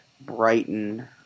Brighton